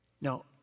Now